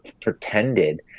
pretended